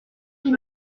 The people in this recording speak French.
huit